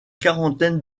quarantaine